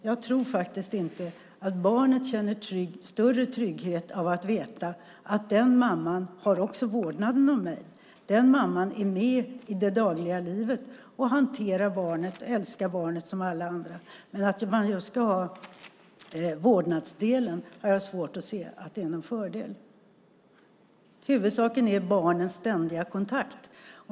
Jag tror faktiskt inte att barnet känner större trygghet av att veta att den mamman också har vårdnaden. Den mamman är med i det dagliga livet och hanterar barnet, älskar barnet som alla andra, men jag har svårt att se någon fördel i att man just ska ha vårdnadsdelen. Huvudsaken är barnets ständiga kontakt.